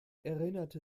erinnerte